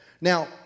Now